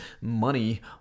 money